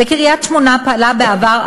בקריית-שמונה פעלה בעבר,